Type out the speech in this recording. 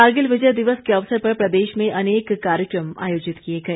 कारगिल विजय दिवस के अवसर पर प्रदेश में अनेक कार्यक्रम आयोजित किए गए